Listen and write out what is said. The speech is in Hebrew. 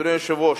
אדוני היושב-ראש,